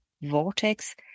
vortex